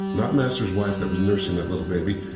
not master's wife, that was nursing that little baby.